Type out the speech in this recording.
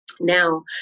Now